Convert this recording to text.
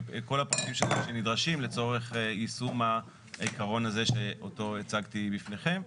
וכל הפרטים שנדרשים לצורך יישום העיקרון הזה שאותו הצגתי בפניכם.